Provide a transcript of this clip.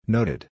Noted